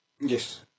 Yes